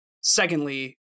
secondly